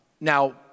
Now